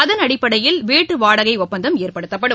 அதன் அடிப்படையில் வீட்டு வாடகை ஒப்பந்தம் ஏற்படுத்தப்படும்